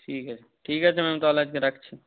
ঠিক আছে ঠিক আছে ম্যাম তাহলে আজকে রাখছি